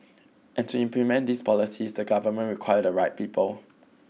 and to implement these policies the government require the right people